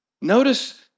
Notice